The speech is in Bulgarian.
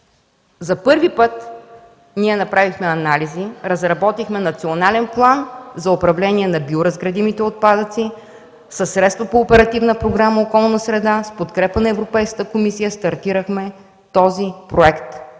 За първи път ние направихме анализи, разработихме Национален план за управление на биоразградимите отпадъци със средства по Оперативна програма „Околна среда”. С подкрепата на Европейската комисия стартирахме този проект,